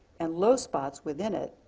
and low spots within it,